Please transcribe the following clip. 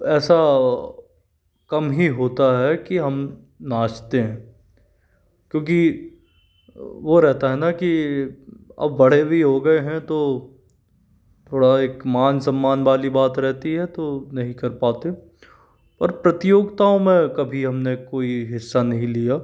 ऐसा कम ही होता है कि हम नाचते हैं क्योंकि वो रहता है ना कि अब बड़े भी हो गए हैं तो थोड़ा एक मान सम्मान वाली बात रहती है तो नहीं कर पाते पर प्रतियोगिताओं में कभी हमने कोई हिस्सा नहीं लिया